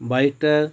বাইকটা